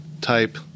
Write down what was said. type